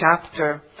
chapter